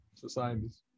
societies